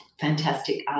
fantastic